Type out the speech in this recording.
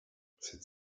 cette